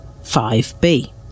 5B